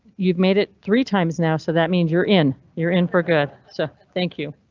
you've made it three times now, so that means you're in. you're in for good. so thank you.